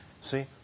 See